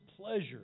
pleasure